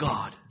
God